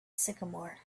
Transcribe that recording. sycamore